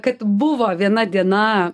kad buvo viena diena